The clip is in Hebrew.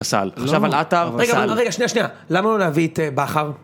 רגע רגע שנייה שנייה, למה לא להביא את זה בכר?